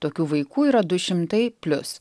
tokių vaikų yra du šimtai plius